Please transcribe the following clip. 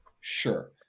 sure